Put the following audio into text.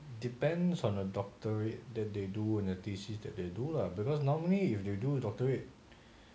depends on a doctorate that they do in a thesis that they do lah because normally if you do doctorate